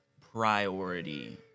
priority